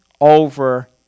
over